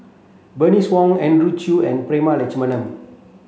Bernice Wong Andrew Chew and Prema Letchumanan